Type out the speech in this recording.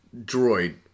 droid